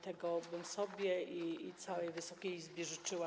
Tego bym sobie i całej Wysokiej Izbie życzyła.